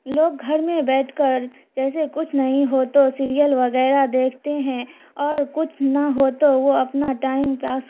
لوگ گھر میں بیٹھ کر جیسے کچھ نہیں ہو تو سیریل وغیرہ دیکھتے ہیں اور کچھ نہ ہو تو وہ اپنا ٹائم پاس